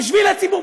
בשביל הציבור,